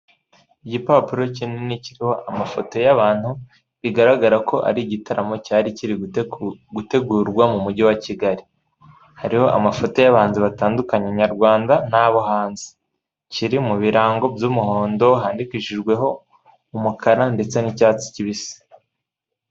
Abantu benshi harimo umugabo wambaye ishati ijya gusa umutuku imbere ye hari mudasobwa n'icupa ry'amazi biteretse ku meza, iruhande rwe hari umugabo wambaye ishati y'umweru n'amarinete, mbere yewe hari icupa ry'amazi ndetse n'igikapu cy'umukara, iruhande rw'iwe nawe hari umugore wambaye ikanzu y'umukara iciye amaboko, imbere yiwe hari icupa ry'amazi na mudasobwa biteretse ku meza.